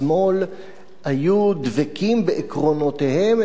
מהשמאל היו דבקים בעקרונותיהם,